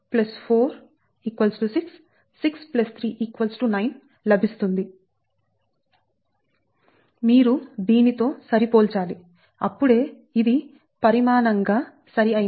మీరు దీనితో సరి పోల్చాలి అప్పుడే ఇది పరిమాణంగా సరి అయినది